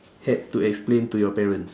had to explain to your parents